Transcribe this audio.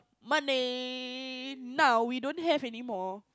Malay now we don't have anymore